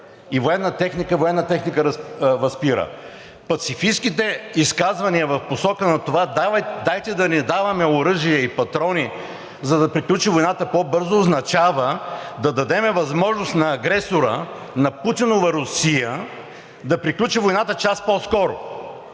и военна техника военна техника възпира. Пацифистките изказвания в посока на това: дайте да не даваме оръжие и патрони, за да приключи войната по-бързо, означават да дадем възможност на агресора – на Путинова Русия, да приключи войната час по-скоро!